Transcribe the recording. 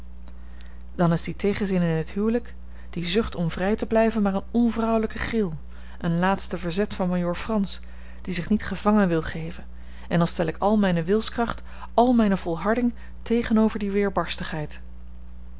dan is die tegenzin in het huwelijk die zucht om vrij te blijven maar een onvrouwelijke gril een laatste verzet van majoor frans die zich niet gevangen wil geven en dan stel ik al mijne wilskracht al mijne volharding tegenover die